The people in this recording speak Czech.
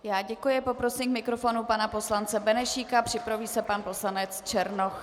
Já děkuji a poprosím k mikrofonu pana poslance Benešíka, připraví se pan poslanec Černoch.